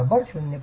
rubber 0